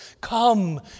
Come